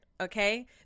okay